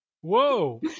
Whoa